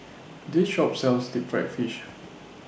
This Shop sells Deep Fried Fish